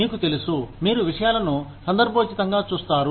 మీకు తెలుసు మీరు విషయాలను సందర్భోచితంగా చూస్తారు